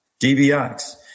DBX